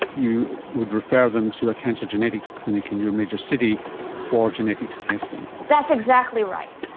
you would refer them to a cancer genetics clinic in your major city for genetics testing. that's exactly right.